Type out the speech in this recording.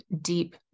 deep